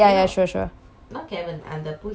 oh sorry poolside ya